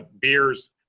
beers